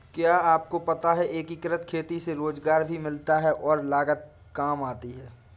क्या आपको पता है एकीकृत खेती से रोजगार भी मिलता है और लागत काम आती है?